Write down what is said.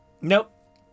Nope